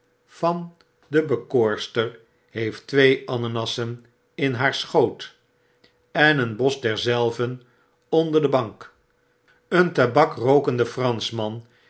van de bekoorster heeft twee ananassen in haar schoot en een bos derzelven onder de bank een tabakrookende franschman